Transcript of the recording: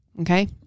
Okay